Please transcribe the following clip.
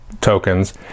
tokens